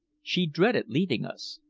she dreaded leaving us.